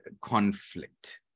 conflict